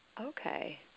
Okay